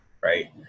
right